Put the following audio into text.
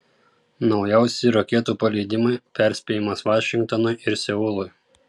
naujausi raketų paleidimai perspėjimas vašingtonui ir seului